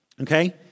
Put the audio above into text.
okay